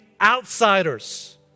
outsiders